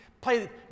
play